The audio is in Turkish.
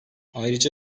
ayrıca